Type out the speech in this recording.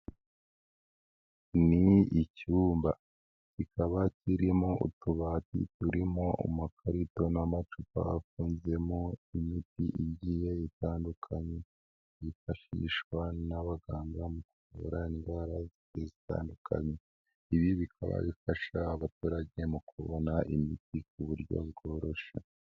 Ni icyumba, kikaba kirimo utubati turimo amakarito n'amacupa afunzemo imiti igiye bitandukanye, byifashishwa n'abaganga mu kuvura indwara zigiye zitandukanye, ibi bikaba bifasha abaturage mu kubona imiti ku buryo bworoshye.